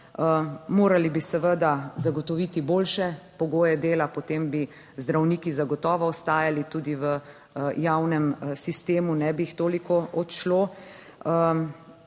Morali bi seveda zagotoviti boljše pogoje dela, potem bi zdravniki zagotovo ostajali tudi v javnem sistemu, ne bi jih toliko odšlo.